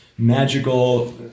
Magical